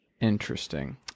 Interesting